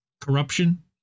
corruption